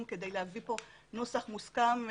כדי להביא לוועדה היום נוסח מוסכם,